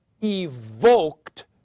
evoked